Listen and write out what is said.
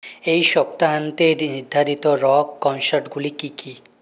এই সপ্তাহান্তে নির্ধারিত রক কনসার্টগুলি কী কী